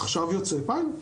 עכשיו יוצא פיילוט